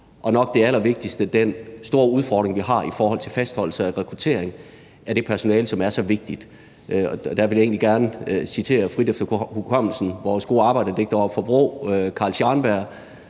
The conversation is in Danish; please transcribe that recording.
og nok det allervigtigste: den store udfordring, vi har i forhold til fastholdelse og rekruttering af det personale, som er så vigtigt. Der vil jeg egentlig gerne frit efter hukommelsen citere vores gode arbejderdigter oppe fra Vrå Carl Scharnberg,